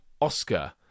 Oscar